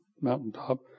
mountaintop